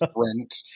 sprint